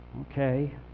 okay